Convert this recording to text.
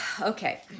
Okay